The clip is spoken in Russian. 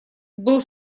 был